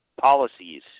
policies